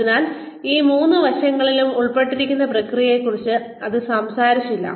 അതിനാൽ ഈ മൂന്ന് വശങ്ങളിലും ഉൾപ്പെട്ടിരിക്കുന്ന പ്രക്രിയകളെക്കുറിച്ച് അത് സംസാരിച്ചില്ല